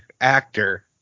actor